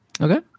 Okay